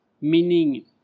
meaning